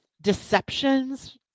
deceptions